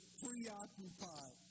preoccupied